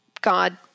God